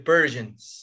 Persians